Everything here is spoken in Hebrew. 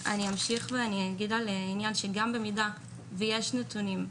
אני אמשיך ואגיד שגם אם יש נתונים,